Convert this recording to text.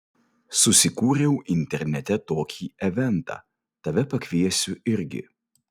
susikūriau internete tokį eventą tave pakviesiu irgi